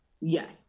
Yes